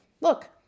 look